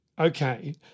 Okay